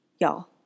Y'all